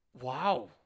Wow